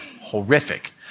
horrific